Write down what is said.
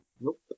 Nope